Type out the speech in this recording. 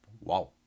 Wow